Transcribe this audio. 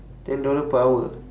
ten dollar per hour